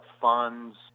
funds